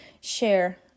share